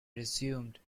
resumed